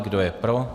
Kdo je pro?